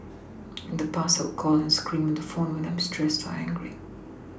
in the past I would call and scream on the phone when I'm stressed or angry